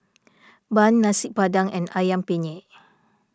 Bun Nasi Padang and Ayam Penyet